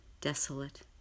desolate